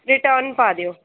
return ਪਾ ਦਿਓ